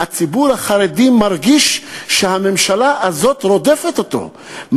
הציבור החרדי מרגיש שהממשלה הזאת רודפת אותו,